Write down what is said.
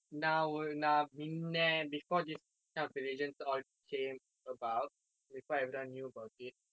நான் ஒரு நான் மின்ன:naan oru naan minna before this kind of religon all came about before I even knew about it